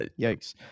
Yikes